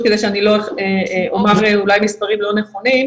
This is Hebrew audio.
יגידו כדי שאני לא אומר אולי מספרים לא נכונים.